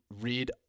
read